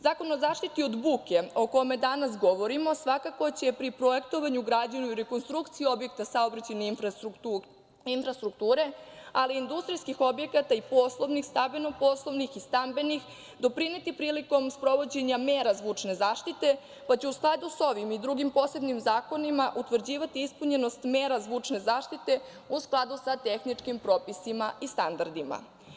Zakon o zaštiti od buke, o kome danas govorimo, svakako će pri projektovanju, građenju i rekonstrukciji objekta saobraćajne infrastrukture, ali i industrijskih objekata i poslovnih, stambeno-poslovnih i stambenih doprineti prilikom sprovođenja mera zvučne zaštite, pa će u skladu sa ovim i drugim posebnim zakonima utvrđivati ispunjenost mera zvučne zaštite u skladu sa tehničkim propisima i standardima.